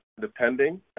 depending